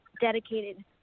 dedicated